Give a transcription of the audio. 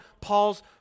Paul's